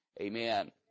Amen